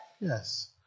Yes